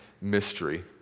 mystery